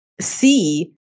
see